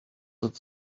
that